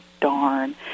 darn